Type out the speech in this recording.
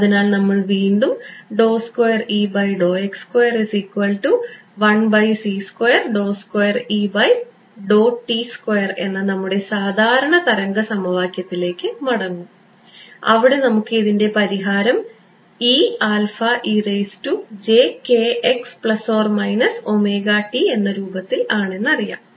അതിനാൽ നമ്മൾ വീണ്ടും എന്ന നമ്മുടെ സാധാരണ തരംഗ സമവാക്യത്തിലേക്ക് മടങ്ങും അവിടെ നമുക്ക് ഇതിൻറെ പരിഹാരം എന്ന രൂപത്തിൽ ആണെന്നറിയാം